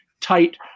tight